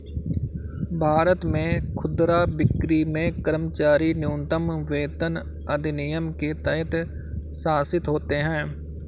भारत में खुदरा बिक्री में कर्मचारी न्यूनतम वेतन अधिनियम के तहत शासित होते है